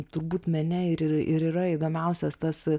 turbūt mene ir ir yra įdomiausias tas